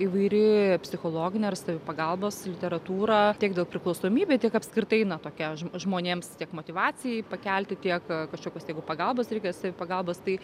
įvairi psichologinė ar savipagalbos literatūra tiek daug priklausomybė tiek apskritai na tokia žmonėms tiek motyvacijai pakelti tiek kažkokios jeigu pagalbos reikės pagalbos tai